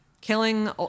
killing